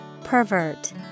Pervert